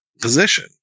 position